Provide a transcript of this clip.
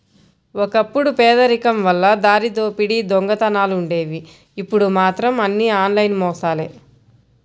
ఒకప్పుడు పేదరికం వల్ల దారిదోపిడీ దొంగతనాలుండేవి ఇప్పుడు మాత్రం అన్నీ ఆన్లైన్ మోసాలే